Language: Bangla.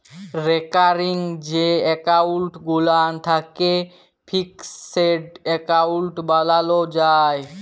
রেকারিং যে এক্কাউল্ট গুলান থ্যাকে ফিকসেড এক্কাউল্ট বালালো যায়